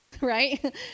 right